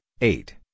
eight